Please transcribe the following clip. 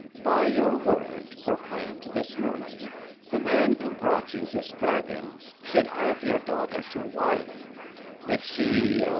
by your word proclaimed this morning the man who brought you this dragon should have your daughter to wife if she